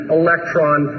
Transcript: electron